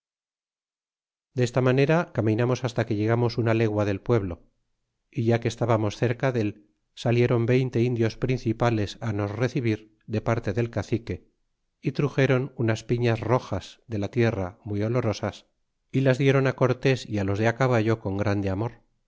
desta manera caminamos hasta que llegamos una legua del pueblo ó ya que estábamos cerca del saliéron veinte indios principales á nosrecibir de parte del cacique y truxéron unas piñas roxas de la tierra muy olorosas y las diéron cortés y los de caballo con grande amor